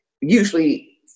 usually